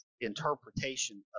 interpretation